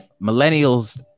Millennials